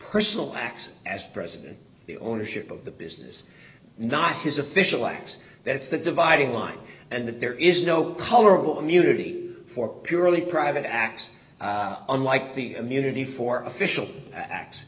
personal acts as president the ownership of the business not his official acts that's the dividing line and that there is no colorable immunity ready for purely private acts unlike the immunity for official act